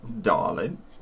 darling